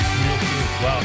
Wow